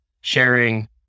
sharing